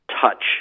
touch